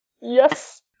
yes